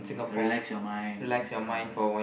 um relax your mind ya